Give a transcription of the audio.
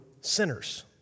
sinners